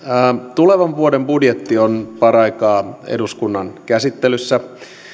tulevan vuoden budjetti on paraikaa eduskunnan käsittelyssä